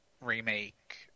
remake